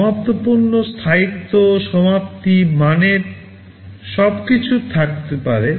সমাপ্ত পণ্য স্থায়িত্ব সমাপ্তি মানের সবকিছু থাকতে পারে